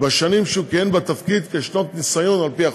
בשנים שהוא כיהן בתפקיד כשנות ניסיון על פי החוק.